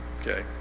Okay